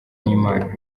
n’imana